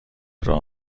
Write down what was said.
راه